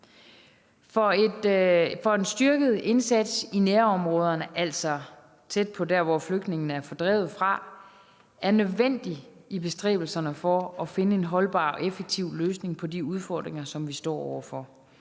for en styrket indsats i nærområderne, altså tæt på der, hvor flygtningene er fordrevet fra, er nødvendig i bestræbelserne for at få en holdbar og effektiv løsning på de udfordringer, som vi står over for.